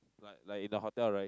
like like in the hotel right